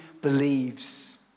believes